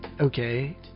Okay